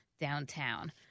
downtown